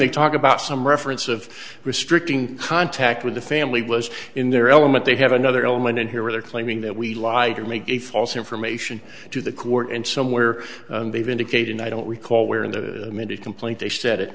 they talk about some reference of restricting contact with the family was in their element they have another element in here where they're claiming that we lied or made a false information to the court and somewhere they've indicated i don't recall where in the minute complaint they said it